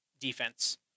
defense